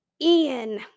Ian